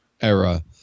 era